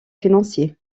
financier